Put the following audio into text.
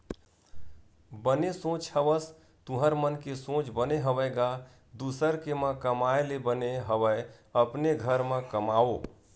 बने सोच हवस तुँहर मन के सोच बने हवय गा दुसर के म कमाए ले बने हवय अपने घर म कमाओ